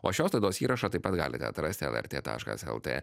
o šios laidos įrašą taip pat galite atrasti lrt taškas lt